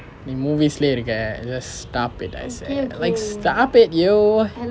the movies இல்லயே இருக்கிற:illaye irukkira just stop it I say like stop it you